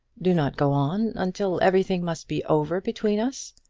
do not go on until everything must be over between us.